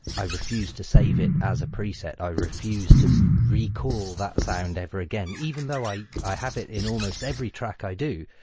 i refuse to save it as a preset. i refuse to recall that sound ever, again even though i i have it in almost every track i do.